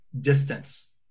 distance